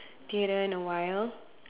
theatre in a while